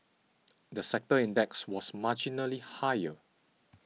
the sector index was marginally higher